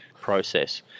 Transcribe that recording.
process